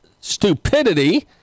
stupidity